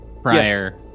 prior